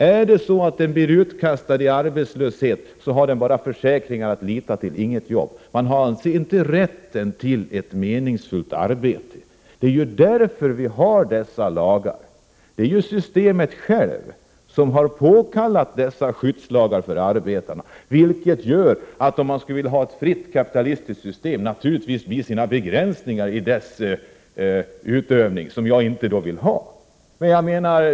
Är det så att man blir utkastad i arbetslöshet har man bara försäkringar att lita till. Man har inget jobb. Man har alltså inte rätt till ett meningsfullt arbete. Det är därför vi har dessa lagar. Det är ju systemet självt som har påkallat dessa skyddslagar för arbetarna. De borgerliga vill ha ett fritt kapitalistiskt system — naturligtvis med, som man säger, sina begränsningar i dess utövande. Ett sådant system vill jag inte ha.